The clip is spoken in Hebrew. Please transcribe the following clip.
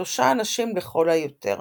שלושה אנשים לכל היותר.